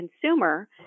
consumer